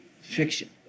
fiction